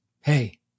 Hey